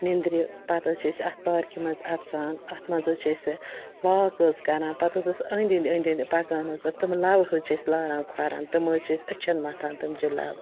نیٚنٛدرِ پَتہٕ حظ چھِ أسۍ اَتھ پارکہِ منٛز اَژان اَتھ منٛز حظ چھِ أسہِ واک حظ کَران پَتہٕ حظ ٲس أنٛدۍ أنٛدۍ أنٛدۍ أنٛدۍ پَکان حظ اَتھ تِمہٕ لَوٕ حظ چھِ اَسہِ لاران کھۄرَن تِم حظ چھِ أسۍ أچھَن مَتھان تَمہ چہِ لَوٕ